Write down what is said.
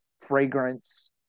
fragrance